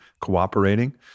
cooperating